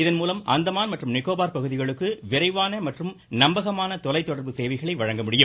இதன் மூலம் அந்தமான் மற்றும் நிக்கோபார் பகுதிகளுக்கு விரைவான மற்றும் நம்பகமான தொலைத்தொடர்பு சேவைகளை வழங்கமுடியும்